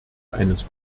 eines